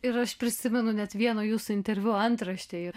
ir aš prisimenu net vieno jūsų interviu antraštėj